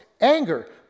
Anger